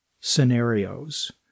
scenarios